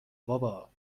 بابا